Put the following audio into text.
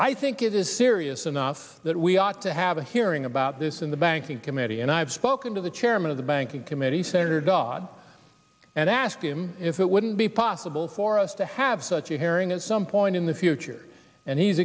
i think it is serious enough that we ought to have a hearing about this in the banking committee and i've spoken to the chairman of the banking committee senator dodd and asked him if it wouldn't be possible for to have such a hearing at some point in the future and he's